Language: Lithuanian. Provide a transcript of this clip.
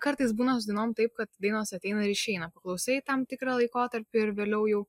kartais būna su dainom taip kad vienos ateina ir išeina paklausai tam tikrą laikotarpį ir vėliau jau